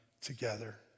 together